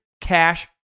Cash